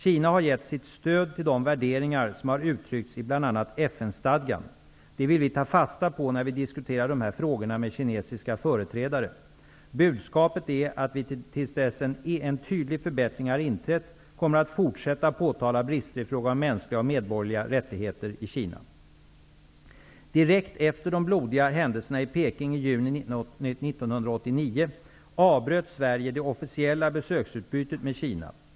Kina har gett sitt stöd till de värderingar som har uttryckts i bl.a. FN stadgan. Det vill vi ta fasta på när vi diskuterar de är frågorna med kinesiska företrädare. Budskapet är att vi till dess en tydlig förbättring har inträtt kommer att fortsätta påtala brister i fråga om mänskliga och medborgerliga rättigheter i Kina. 1989 avbröt Sverige det officiella besöksutbytet med Kina.